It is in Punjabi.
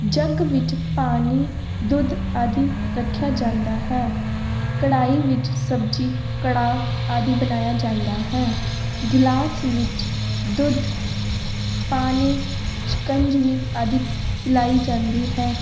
ਜੱਗ ਵਿੱਚ ਪਾਣੀ ਦੁੱਧ ਆਦਿ ਰੱਖਿਆ ਜਾਂਦਾ ਹੈ ਕੜਾਹੀ ਵਿੱਚ ਸਬਜ਼ੀ ਕੜਾਹ ਆਦਿ ਬਣਾਇਆ ਜਾਂਦਾ ਹੈ ਗਿਲਾਸ ਵਿੱਚ ਦੁੱਧ ਪਾਣੀ ਸ਼ਿਕੰਜਵੀ ਆਦਿ ਪਿਲਾਈ ਜਾਂਦੀ ਹੈ